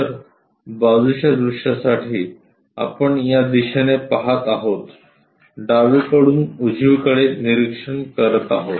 तर बाजूच्या दृश्यासाठी आपण या दिशेने पाहत आहोत डावीकडून उजवीकडे निरीक्षण करत आहोत